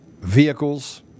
vehicles